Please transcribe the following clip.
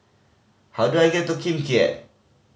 how do I get to Kim Keat